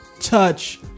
touch